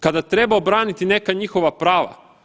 Kada treba obraniti neka njihova prava.